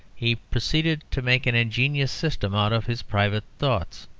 he proceeded to make an ingenious system out of his private thoughts.